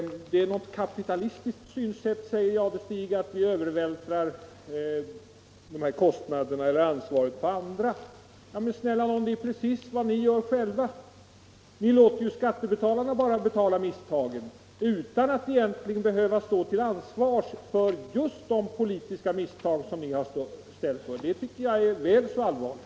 Det är ett kapitalistiskt synsätt, säger herr Jadestig vidare, att övervältra kostnaderna och ansvaret på andra. Men det är just vad ni själva gör! Ni låter skattebetalarna betala kostnaderna utan att ni egentligen behöver stå till svars för de politiska misstag som ni har gjort. Det tycker jag är väl så allvarligt.